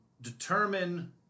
determine